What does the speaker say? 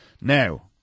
now